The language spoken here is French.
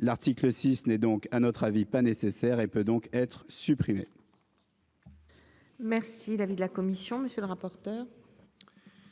l'article 6 est donc à notre avis pas nécessaire et peut donc être supprimés. Merci. L'avis de la commission. Monsieur le rapporteur.